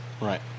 Right